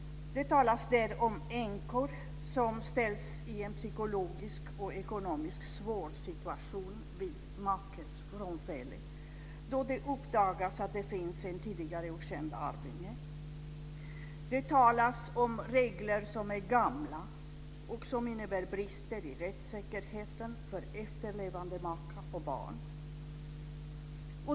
Det talas där om änkor som ställs i en psykologiskt och ekonomiskt svår situation vid makens frånfälle då det uppdagas att det finns en tidigare okänd arvinge. Det talas om regler som är gamla och som innebär brister i rättssäkerheten för efterlevande maka och barn.